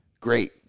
Great